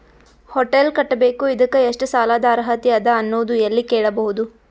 Hotel ಕಟ್ಟಬೇಕು ಇದಕ್ಕ ಎಷ್ಟ ಸಾಲಾದ ಅರ್ಹತಿ ಅದ ಅನ್ನೋದು ಎಲ್ಲಿ ಕೇಳಬಹುದು?